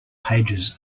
pages